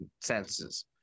senses